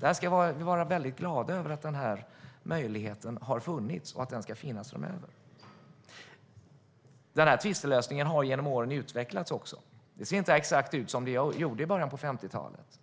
Vi ska vara väldigt glada över att möjligheten har funnits och att den ska finnas framöver. Tvistlösningen har också utvecklats genom åren; den ser inte ut exakt som den gjorde i början av 1950-talet.